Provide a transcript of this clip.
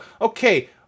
Okay